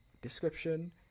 Description